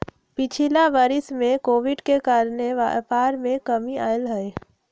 पिछिला वरिस में कोविड के कारणे व्यापार में कमी आयल हइ